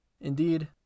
indeed